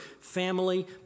family